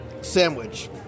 sandwich